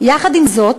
עם זאת,